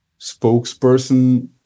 spokesperson